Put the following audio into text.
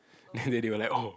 then they they were like oh